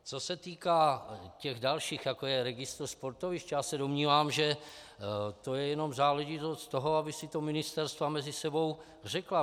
Co se týká těch dalších, jako je registr sportovišť, domnívám se, že to je jenom záležitost toho, aby si to ministerstva mezi sebou řekla.